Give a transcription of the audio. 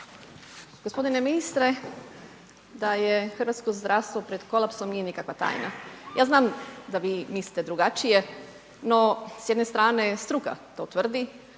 Gospodine ministre, da je hrvatsko zdravstvo pred kolapsom nije nikakva tajna. Ja znam da vi mislite drugačije, no s jedne strane struka to tvrdi,